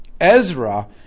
Ezra